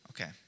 Okay